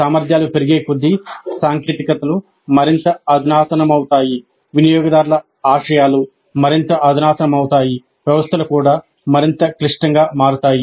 సామర్థ్యాలు పెరిగేకొద్దీ సాంకేతికతలు మరింత అధునాతనమవుతాయి వినియోగదారుల ఆశయాలు మరింత అధునాతనమవుతాయి వ్యవస్థలు కూడా మరింత క్లిష్టంగా మారుతాయి